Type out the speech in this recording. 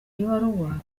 ibaruwa